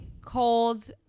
cold